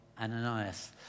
Ananias